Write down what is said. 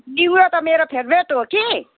निगुरो त मेरो फेभरेट हो कि